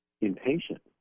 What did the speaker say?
impatient